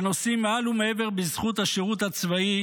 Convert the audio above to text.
שנושאים מעל ומעבר בזכות השירות הצבאי,